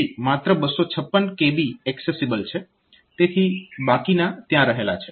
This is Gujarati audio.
તો આ 1 MB માંથી માત્ર 256 kB એક્સેસિબલ છે તેથી બાકીના ત્યાં રહેલા છે